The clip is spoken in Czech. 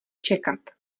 čekat